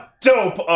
dope